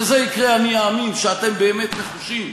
כשזה יקרה אני אאמין שאתם באמת נחושים,